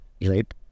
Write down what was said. Right